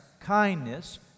kindness